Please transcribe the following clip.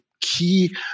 key